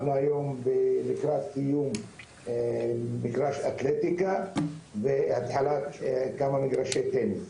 אנחנו היום לקראת סיום מגרש אתלטיקה והתחלת כמה מגרשי טניס.